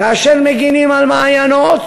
כאשר מגינים על מעיינות,